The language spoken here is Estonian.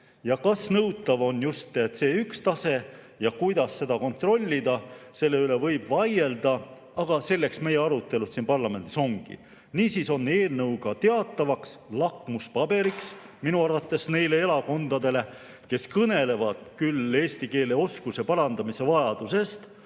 Kas nõutav on just C1‑tase ja kuidas seda kontrollida, selle üle võib vaielda, aga selleks meie arutelud siin parlamendis ongi. Niisiis on eelnõu ka teatavaks lakmuspaberiks minu arvates neile erakondadele, kes kõnelevad küll eesti keele oskuse parandamise vajadusest,